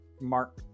Mark